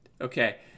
Okay